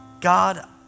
God